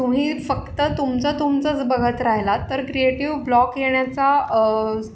तुम्ही फक्त तुमचं तुमचंच बघत राहिला तर क्रिएटिव्ह ब्लॉक येण्याचा